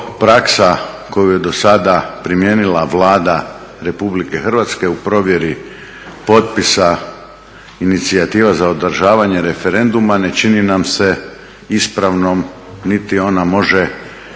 praksa koju je do sada primijenila Vlada Republike Hrvatske u provjeri potpisa Inicijativa za održavanje referenduma ne čini nam se ispravnom, niti ona može